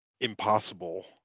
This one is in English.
impossible